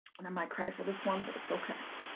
and i might cry for this one but it's okay.